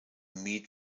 meat